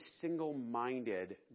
single-minded